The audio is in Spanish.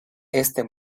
este